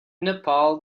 nepal